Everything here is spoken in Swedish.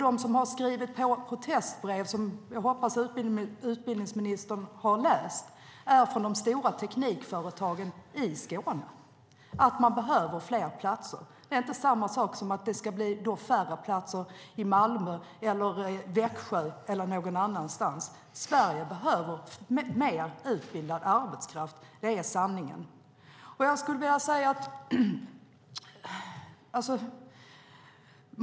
De som har skrivit på protestbreven, som jag hoppas att utbildningsministern har läst, är från de stora teknikföretagen i Skåne. Man behöver fler platser. Det är inte samma sak som att det då ska bli färre platser i Malmö, Växjö eller någon annan stad. Sverige behöver mer utbildad arbetskraft. Det är sanningen.